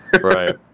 Right